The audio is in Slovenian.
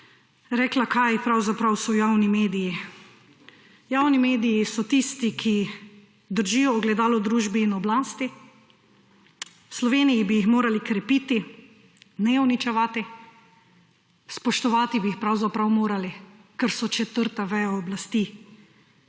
rekla kaj pravzaprav so javni mediji. Javni mediji so tisti, ki držijo ogledalo družbi in oblasti. V Sloveniji bi jih morali krepiti, ne uničevati. Spoštovati bi jih pravzaprav morali, ker so četrta veja oblasti.